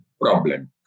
problem